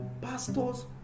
pastors